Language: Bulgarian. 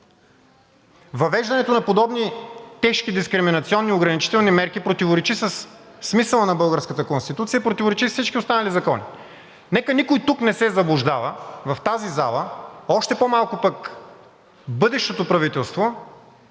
Въвеждането на подобни тежки дискриминационни ограничителни мерки противоречи на смисъла на българската Конституция и противоречи на всички останали закони. Нека никой тук в тази зала не се заблуждава, още по-малко пък бъдещето правителство,